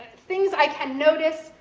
things i can notice,